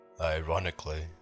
Ironically